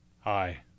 hi